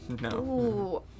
No